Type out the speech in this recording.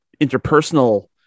interpersonal